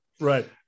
Right